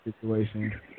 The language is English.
situation